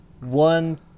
one